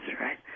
right